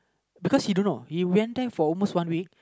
because he don't know he went there for almost one week